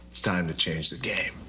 time to change the game.